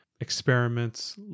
experiments